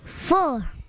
four